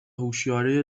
هوشیاری